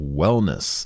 wellness